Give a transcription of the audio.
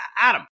Adam